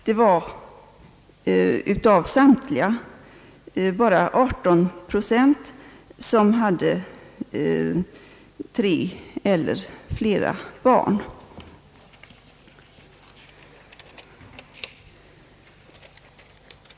Av samtliga var det bara 18 procent som hade tre eller flera barn.